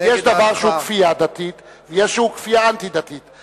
יש דבר שהוא כפייה דתית ויש שהוא כפייה אנטי-דתית.